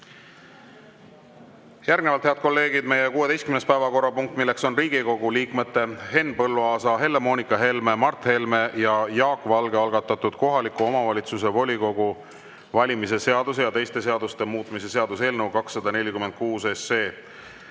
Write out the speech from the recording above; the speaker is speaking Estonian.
välja. Järgnevalt, head kolleegid, meie 16. päevakorrapunkt, milleks on Riigikogu liikmete Henn Põlluaasa, Helle-Moonika Helme, Mart Helme ja Jaak Valge algatatud kohaliku omavalitsuse volikogu valimise seaduse ja teiste seaduste muutmise seaduse eelnõu 246.